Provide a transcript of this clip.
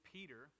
Peter